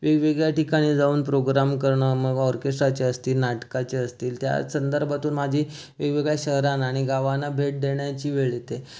वेगवेगळ्या ठिकाणी जाऊन प्रोग्राम करणं मग ऑर्केष्ट्राचे असतील नाटकाचे असतील त्या संदर्भातून माझी वेगवेगळ्या शहरांना आणि गावांना भेट देण्याची वेळ येते